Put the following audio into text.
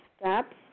steps